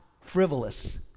frivolous